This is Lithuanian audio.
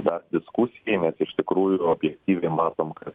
dar diskusijai nes iš tikrųjų objektyviai matom kad